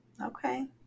Okay